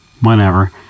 whenever